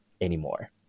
anymore